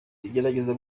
tugerageza